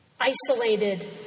isolated